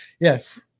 Yes